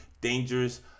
dangerous